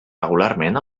regularment